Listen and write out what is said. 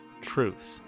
truth